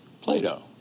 Plato